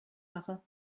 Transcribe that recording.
mache